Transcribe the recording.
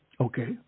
Okay